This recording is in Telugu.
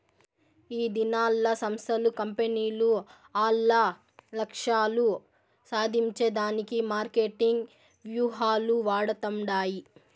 ఈదినాల్ల సంస్థలు, కంపెనీలు ఆల్ల లక్ష్యాలు సాధించే దానికి మార్కెటింగ్ వ్యూహాలు వాడతండాయి